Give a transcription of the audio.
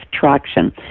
traction